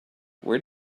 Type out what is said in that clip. where